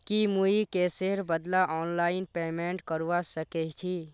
की मुई कैशेर बदला ऑनलाइन पेमेंट करवा सकेछी